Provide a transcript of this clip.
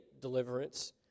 deliverance